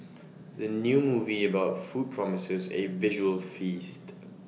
the new movie about food promises A visual feast